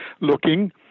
looking